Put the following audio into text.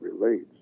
relates